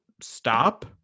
stop